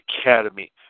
Academy